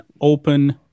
open